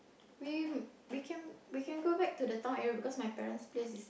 we we can we can go back to the town area because my parent's place is